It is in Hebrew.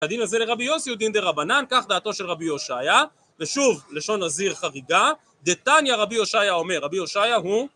הדין זה לרבי יוסי הוא דין דרבנן כך דעתו של רבי יושעיה ושוב לשון נזיר חריגה דתניא רבי יושעיה אומר. רבי יושעיה הוא